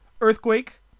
Earthquake